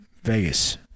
Vegas